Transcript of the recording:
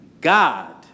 God